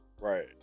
right